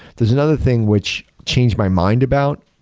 there's another thing which changed my mind about,